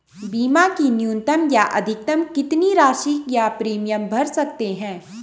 बीमा की न्यूनतम या अधिकतम कितनी राशि या प्रीमियम भर सकते हैं?